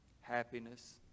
happiness